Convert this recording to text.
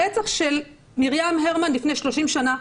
הרצח של מרים הרמן לפני שלושים שנים